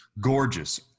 Gorgeous